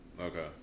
Okay